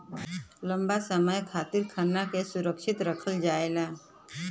लंबा समय खातिर खाना के सुरक्षित रखल जाला